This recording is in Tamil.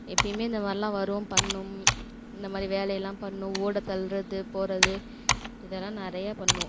எப்பயுமே இந்த மாதிரிலாம் வரும் பண்ணும் இந்த மாதிரி வேலையெல்லாம் பண்ணும் ஓட்ட தள்ளுறது போகிறது இதெல்லாம் நிறையா பண்ணும்